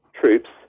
troops